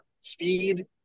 speed